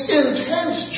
intense